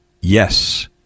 yes